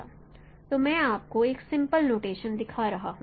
तो मैं आपको एक सिम्पल नोटेशन दिखता हूं